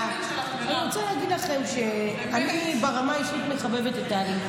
אני רוצה להגיד לכם שברמה האישית אני מחבבת את טלי,